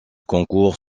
concours